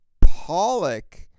Pollock